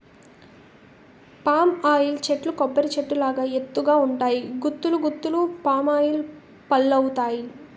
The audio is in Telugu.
పామ్ ఆయిల్ చెట్లు కొబ్బరి చెట్టు లాగా ఎత్తు గ ఉంటాయి గుత్తులు గుత్తులు పామాయిల్ పల్లువత్తాయి